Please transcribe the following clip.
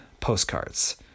postcards